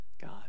God